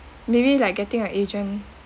maybe like getting a agent